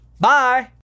Bye